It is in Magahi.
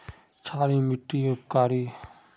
क्षारी मिट्टी उपकारी?